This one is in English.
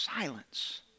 silence